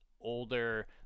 older